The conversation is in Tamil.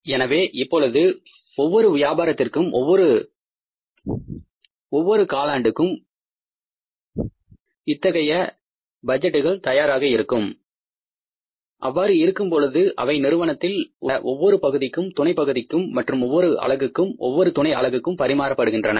எனவே இப்பொழுது ஒவ்வொரு வியாபாரத்திற்கும் ஒவ்வொரு காலாண்டுக்கும் இத்தகைய பட்ஜெட்டுகள் தயாராக இருக்கும் பொழுது அவை நிறுவனத்தில் உள்ள ஒவ்வொரு பகுதிக்கும் துணை பகுதிக்கும் மற்றும் ஒவ்வொரு அலகுக்கும் ஒவ்வொரு துணை அலகுக்கும் பரிமாறப்படுகின்றன